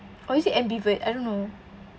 or is it ambivert I don't know